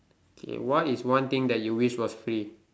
okay what is one thing that you wished was free